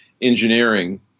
engineering